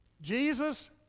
Jesus